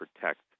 protect